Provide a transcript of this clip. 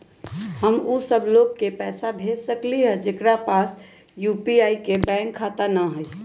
हम उ सब लोग के पैसा भेज सकली ह जेकरा पास यू.पी.आई बैंक खाता न हई?